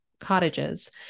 cottages